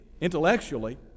intellectually